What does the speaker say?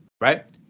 right